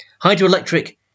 hydroelectric